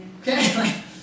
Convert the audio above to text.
Okay